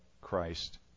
Christ